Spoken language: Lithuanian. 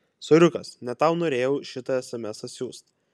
soriukas ne tau norėjau šitą esemesą siųst